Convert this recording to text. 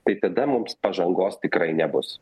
tai tada mums pažangos tikrai nebus